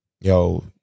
yo